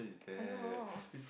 I don't know